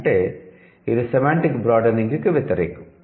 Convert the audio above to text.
అంటే ఇది semantic broadening కు వ్యతిరేకం